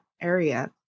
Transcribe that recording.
area